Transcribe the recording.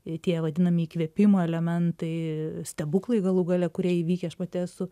jei tie vadinami įkvėpimo elementai stebuklai galų gale kurie įvykę aš pati esu